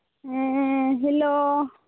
ᱦᱮᱸ ᱦᱮᱞᱳ